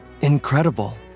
incredible